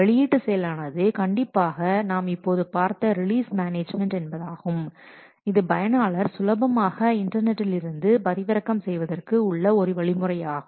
வெளியீட்டு செயலானது கண்டிப்பாக நாம் இப்போது பார்த்த ரிலீஸ் மேனேஜ்மென்ட் என்பதாகும் இது பயனாளர் சுலபமாக இன்டர்நெட்டில் இருந்து பதிவிறக்கம் செய்வதற்கு உள்ள ஒரு வழிமுறையாகும்